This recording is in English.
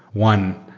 one,